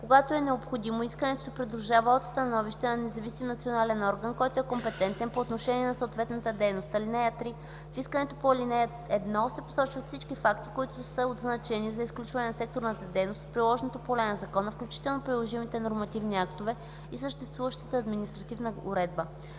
Когато е необходимо, искането се придружава от становище на независим национален орган, който е компетентен по отношение на съответната дейност. (3) В искането по ал. 1 се посочват всички факти, които са от значение за изключване на секторната дейност от приложното поле на закона, включително приложимите нормативни актове и съществуващата административна уредба.”